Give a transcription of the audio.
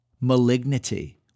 malignity